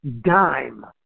dime